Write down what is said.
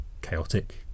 chaotic